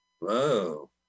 Whoa